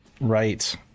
right